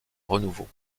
renouveau